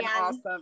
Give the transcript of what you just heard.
awesome